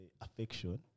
affection